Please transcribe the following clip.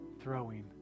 throwing